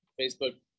Facebook